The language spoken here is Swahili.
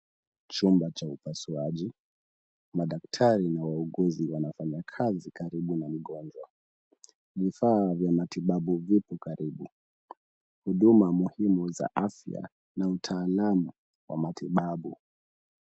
Chumba cha upasuaji. Madaktari na wauguzi wanafanya kazi karibu na mgonjwa. Vifaa vya matibabu vipo karibu. Huduma muhimu za afya na utaalamu wa matibabu.